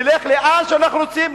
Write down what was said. נלך לאן שאנחנו רוצים,